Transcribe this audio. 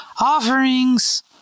offerings